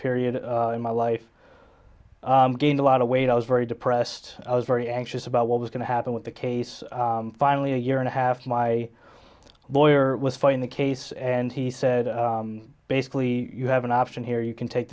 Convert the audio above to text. period in my life gained a lot of weight i was very depressed i was very anxious about what was going to happen with the case finally a year and a half my lawyer was fighting the case and he said basically you have an option here you can take